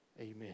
Amen